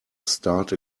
start